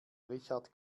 richard